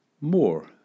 more